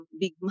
big